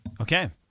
Okay